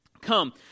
come